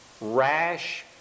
rash